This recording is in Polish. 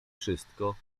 wszystko